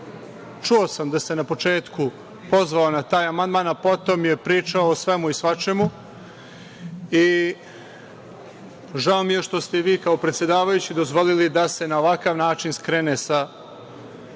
sam da se na početku pozvao na taj amandman, a potom je pričao o svemu i svačemu i žao mi je što ste vi, kao predsedavajući, dozvolili da se na ovakav način skrene sa